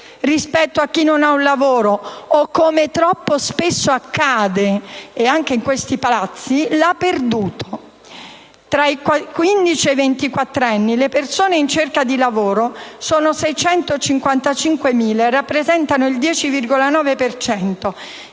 rispetto a chi non ha un lavoro o, come troppo spesso accade (anche in questi Palazzi), l'ha perduto. Tra i quindici-ventiquattrenni le persone in cerca di lavoro sono 655.000 e rappresentano il 10,9